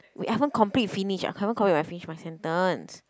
wait I haven't complete finish I haven't complete finish my sentence